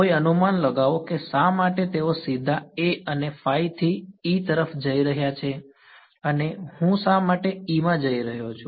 કોઈ અનુમાન લગાવો કે શા માટે તેઓ સીધા A અને થી E તરફ જઈ રહ્યા છે અને હું શા માટે E માં જઈ રહ્યો છું